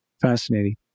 fascinating